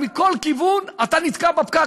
מכל כיוון אתה נתקע בפקק,